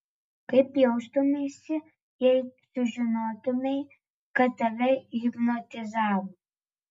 kaip jaustumeisi jei sužinotumei kad tave hipnotizavo